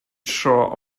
shore